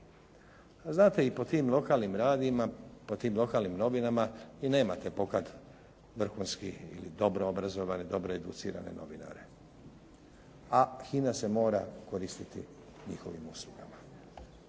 A znate i po tim lokalnim radijima, po tim lokalnim novinama vi nemate pokad vrhunski ili dobro obrazovane, dobro educirane novinare. A HINA se mora koristiti njihovim uslugama.